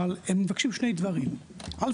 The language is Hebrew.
ומבקשים שני דברים: א',